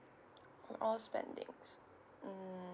all spendings mm